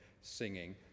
singing